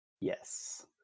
yes